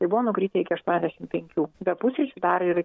tai buvo nukritę iki aštuoniasdešim penkių be pusryčių dar ir